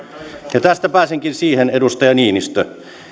tästä pääsenkin siihen edustaja niinistö